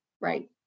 right